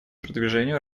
продвижению